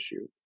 issue